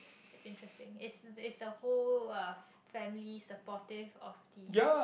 it's interesting is is a whole family supportive of the